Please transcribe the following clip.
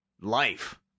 life